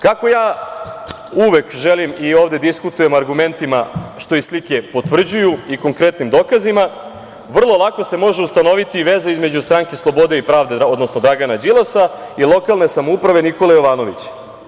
Kako ja uvek želim i ovde diskutujem argumentima, što i slike potvrđuju, i konkretnim dokazima, vrlo lako se može ustanoviti i veza između Stranke slobode i pravde, odnosno Dragana Đilasa i „Lokalne samouprave“ Nikole Jovanovića.